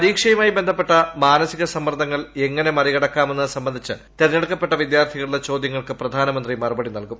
പരീക്ഷയുമായി ബന്ധപ്പെട്ട മാനസിക സമ്മർദ്ദങ്ങൾ എങ്ങനെ മറികടക്കാമെന്നത് സംബന്ധിച്ച് തിരഞ്ഞെടുക്കപ്പെട്ട വിദ്യാർത്ഥികളുടെ പ്പോദ്യങ്ങൾക്ക് പ്രധാനമന്ത്രി മറുപടി നൽകും